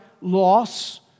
Loss